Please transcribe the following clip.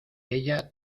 ella